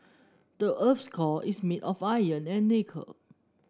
the earth's core is made of iron and nickel